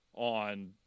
on